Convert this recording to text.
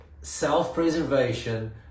self-preservation